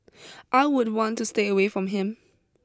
I would want to stay away from him